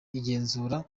igenzura